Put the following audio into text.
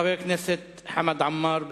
חבר הכנסת חמד עמאר,